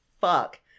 fuck